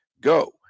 Go